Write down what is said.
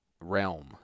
realm